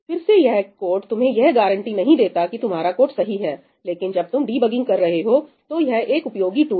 फिर से यह कोड तुम्हें यह गारंटी नहीं देता कि तुम्हारा कोड सही है लेकिन जब तुम डीबगिंग कर रहे हो तो यह एक उपयोगी टूल है